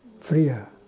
freer